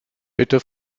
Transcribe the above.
bitte